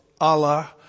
Allah